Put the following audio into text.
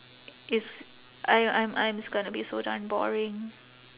it's I I'm I'm it's gonna be so darn boring